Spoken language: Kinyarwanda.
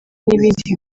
n’ibindi